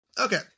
Okay